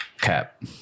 cap